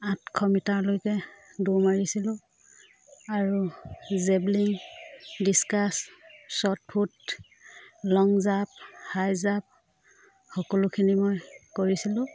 আঠশ মিটাৰলৈকে দৌৰ মাৰিছিলোঁ আৰু javelin discus shot put long জাপ হাই জাপ সকলোখিনি মই কৰিছিলোঁ